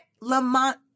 Lamont